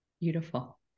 Beautiful